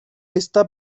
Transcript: esta